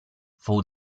for